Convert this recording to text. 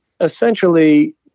essentially